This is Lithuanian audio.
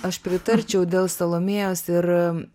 aš pritarčiau dėl salomėjos ir